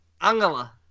Angela